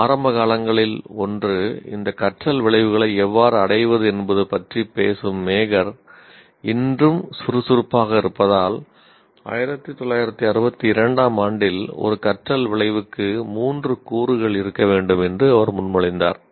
ஆரம்பகாலங்களில் ஒன்று இந்த கற்றல் விளைவுகளை எவ்வாறு அடைவது என்பது பற்றி பேசும் மேகர் இன்றும் சுறுசுறுப்பாக இருப்பதால் 1962 ஆம் ஆண்டில் ஒரு கற்றல் விளைவுக்கு 3 கூறுகள் இருக்க வேண்டும் என்று அவர் முன்மொழிந்தார்